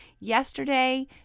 yesterday